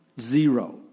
zero